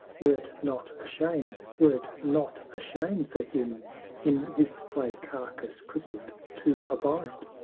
were't not a shame were't not a shame for him in this clay carcass crippled to abide?